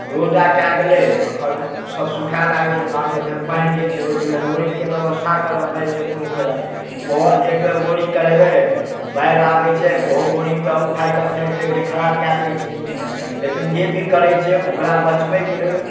रौदा लगलै सभ सुखाय लगलै तऽ अहाँके पानि जे छै ओहिके लेल बोरिंगके वयवस्था करऽ पड़ै छै कोनो तरह ओहो एक बेर बोरिंग करेबै बाढ़ि आबै छै ओहो बोरिंगके उठाकऽ फेक दै छै खराब कऽ दै छै लेकिन जे भी करै छै ओकरा बचबैके लेल